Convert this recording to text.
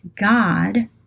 God